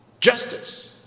justice